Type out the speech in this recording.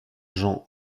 jean